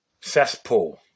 cesspool